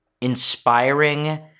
inspiring